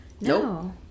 no